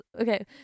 Okay